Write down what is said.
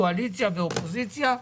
קואליציה ואופוזיציה,